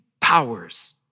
powers